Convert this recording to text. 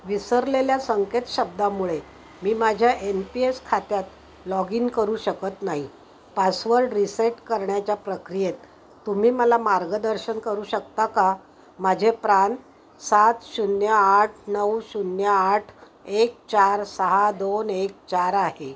विसरलेल्या संकेत शब्दामुळे मी माझ्या एन पी एस खात्यात लॉग इन करू शकत नाही पासवर्ड रीसेट करण्याच्या प्रक्रियेत तुम्ही मला मार्गदर्शन करू शकता का माझे प्रान सात शून्य आठ नऊ शून्य आठ एक चार सहा दोन एक चार आहे